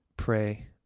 pray